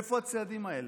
איפה הצעדים האלה?